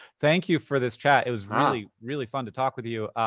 thank you for this chat. it was really, really fun to talk with you.